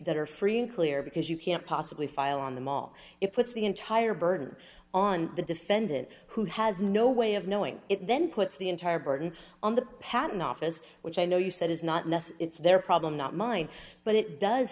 that are free and clear because you can't possibly file on the mall it puts the entire burden on the defendant who has no way of knowing it then puts the entire burden on the patent office which i know you said is not mess it's their problem not mine but it does